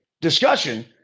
discussion